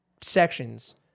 sections